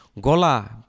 Gola